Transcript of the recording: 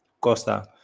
Costa